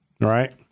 Right